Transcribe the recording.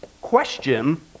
question